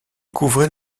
couvrait